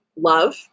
love